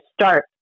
start